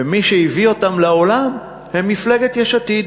ומי שהביא אותם לעולם הם מפלגת יש עתיד,